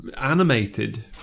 Animated